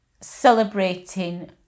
celebrating